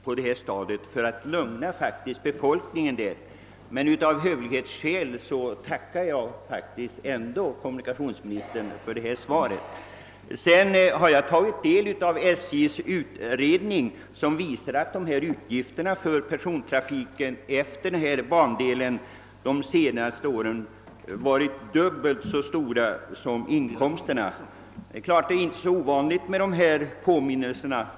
Av hövlighetsskäl ber jag emellertid ändå att få tacka kommunikationsministern för svaret på min fråga. Jag har tagit del av SJ:s utredning, som visar att utgifterna för persontrafiken på denna bandel under de senaste åren varit dubbelt så stora som inkomsterna. Sådana påminnelser är ju inte så ovanliga.